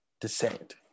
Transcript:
descend